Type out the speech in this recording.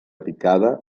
picada